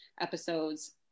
episodes